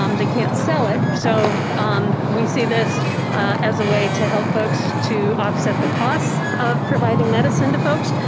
um they can't sell it. so um we see this as a way to help folks to offset the costs of providing medicine to folks.